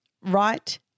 right